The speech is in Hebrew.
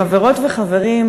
חברות וחברים,